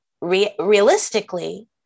realistically